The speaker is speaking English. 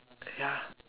ya